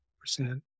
percent